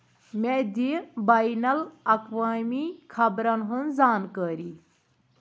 مےٚ دِِ بینالاقوٲمی خبرن ہٕنٛز زانکٲری